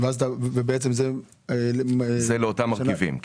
זה לאותם מרכיבים.